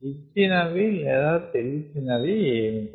ఇచ్చినవి లేదా తెలిసినవి ఏమిటి